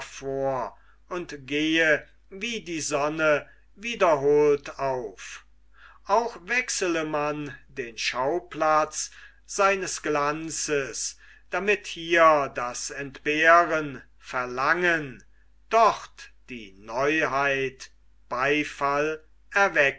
und gehe wie die sonne wiederholt auf auch wechsele man den schauplatz seines glanzes damit hier das entbehren verlangen dort die neuheit beifall erwecke